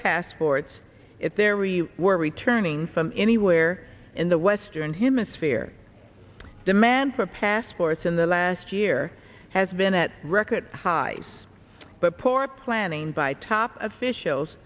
passports if their we were returning from anywhere in the western hemisphere demand for passports in the last year has been at record highs but poor planning by top officials